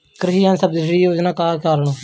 कृषि यंत्र सब्सिडी योजना के कारण?